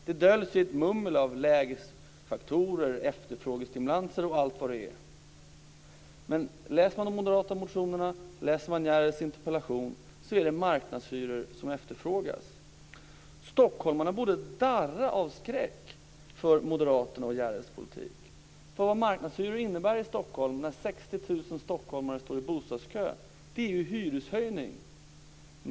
Det döljs i ett mummel om lägesfaktorer, efterfrågestimulanser och allt vad det är. Men läser man de moderata motionerna, läser man Järells interpellation, är det marknadshyror som efterfrågas. Stockholmarna borde darra av skräck inför moderaternas och Järells politik. Vad marknadshyror innebär i Stockholm när 60 000 stockholmare står i bostadskö är ju hyreshöjning.